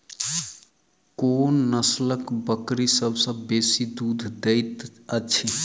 कोन नसलक बकरी सबसँ बेसी दूध देइत अछि?